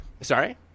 Sorry